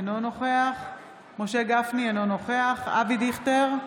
אינו נוכח משה גפני, אינו נוכח אבי דיכטר,